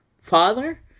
father